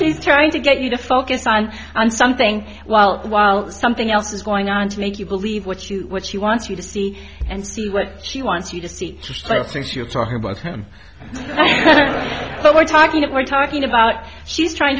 she's trying to get you to focus on on something while while something else is going on to make you believe what you what she wants you to see and see what she wants you to see i don't think you're talking about him her we're talking and we're talking about she's trying